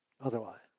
otherwise